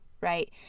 right